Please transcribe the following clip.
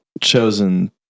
chosen